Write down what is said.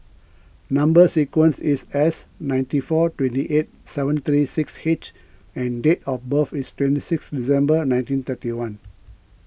Number Sequence is S ninety four twenty eight seven thirty six H and date of birth is twenty six December nineteen thirty one